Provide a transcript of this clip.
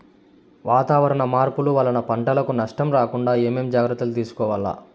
వాతావరణ మార్పులు వలన పంటలకు నష్టం రాకుండా ఏమేం జాగ్రత్తలు తీసుకోవల్ల?